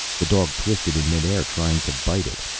the dog twisted in midair, trying to bite it.